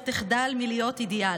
לא תחדל מלהיות אידיאל.